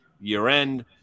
year-end